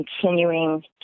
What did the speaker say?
continuing